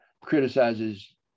criticizes